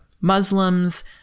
Muslims